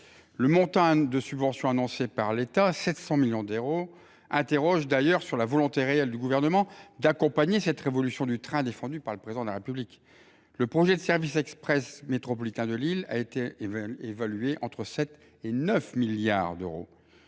Le montant annoncé des subventions, à savoir 700 millions d’euros, interroge d’ailleurs sur la volonté réelle du Gouvernement d’accompagner cette révolution du train défendue par le Président de la République. Le projet de service express métropolitain de Lille a en effet été évalué de 7 milliards d’euros